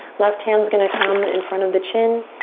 left hand's gonna come in front of the chin.